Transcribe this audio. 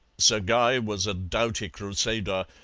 sir guy was a doughty crusader,